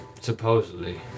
Supposedly